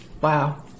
Wow